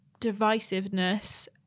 divisiveness